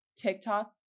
TikTok